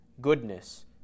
goodness